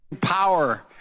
Power